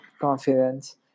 confidence